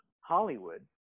Hollywood